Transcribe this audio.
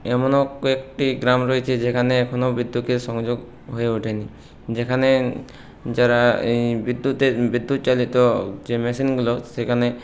এমনও একটি গ্রাম রয়েছে যেখানে এখনও বিদ্যুতের সংযোগ হয়ে ওঠেনি যেখানে যারা এই বিদ্যুতের বিদ্যুৎ চালিত যে মেশিনগুলো সেখানে